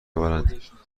آورند